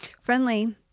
friendly